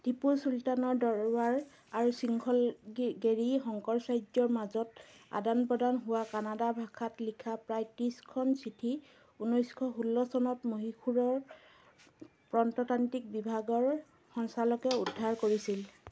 টিপু চুলতানৰ দৰবাৰ আৰু শৃংখলগেৰী শংকৰাচাৰ্য্যৰ মাজত আদান প্ৰদান হোৱা কানাডা ভাষাত লিখা প্ৰায় ত্ৰিছখন চিঠি ঊনৈছশ ষোল্ল চনত মহীশূৰৰ প্ৰন্ততান্তিক বিভাগৰ সঞ্চালকে উদ্ধাৰ কৰিছিল